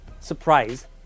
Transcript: surprise